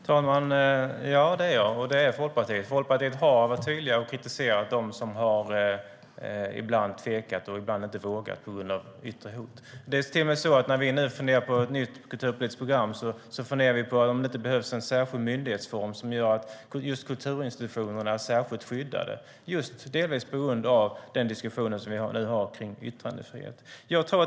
Herr talman! Ja, det är jag, och det är Folkpartiet. Folkpartiet har varit tydligt och kritiserat dem som ibland har tvekat och inte vågat på grund av yttre hot. Det är till och med så att när vi nu planerar ett nytt kulturpolitisk program funderar vi på om det inte behövs en särskild myndighetsform som ger kulturinstitutionerna ett särskilt skydd, delvis just på grund av den diskussion som vi har om yttrandefrihet.